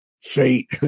fate